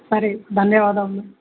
సరే ధన్యవాదముము